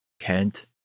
kent